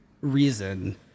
reason